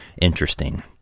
interesting